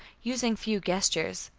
using few gestures.